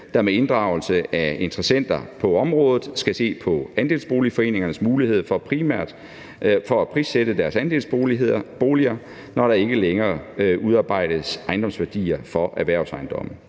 der med inddragelse af interessenter på området skal se på andelsboligforeningernes mulighed for at prissætte deres andelsboliger, når der ikke længere udarbejdes ejendomsværdier for erhvervsejendomme.